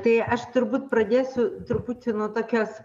tai aš turbūt pradėsiu truputį nuo tokios